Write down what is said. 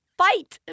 fight